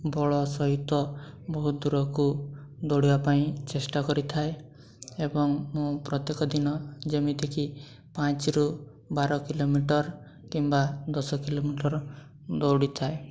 ବଳ ସହିତ ବହୁତ ଦୂରକୁ ଦୌଡ଼ିବା ପାଇଁ ଚେଷ୍ଟା କରିଥାଏ ଏବଂ ମୁଁ ପ୍ରତ୍ୟେକ ଦିନ ଯେମିତିକି ପାଞ୍ଚରୁ ବାର କିଲୋମିଟର କିମ୍ବା ଦଶ କିଲୋମିଟର ଦୌଡ଼ିଥାଏ